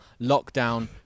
lockdown